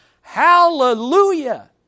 hallelujah